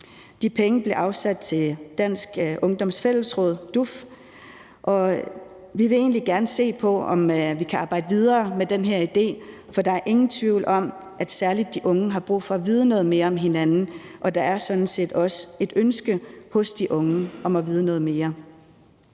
De penge blev afsat til Dansk Ungdoms Fællesråd, DUF, og vi vil egentlig gerne se på, om vi kan arbejde videre med den her idé, for der er ingen tvivl om, at særlig de unge har brug for at vide noget mere om hinanden, og der er sådan set også et ønske hos de unge om at vide noget mere.